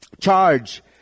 charge